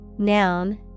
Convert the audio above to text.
Noun